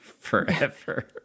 forever